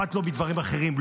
אכפת מדברים אחרים.